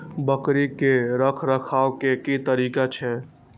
बकरी के रखरखाव के कि तरीका छै?